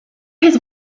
his